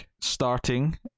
starting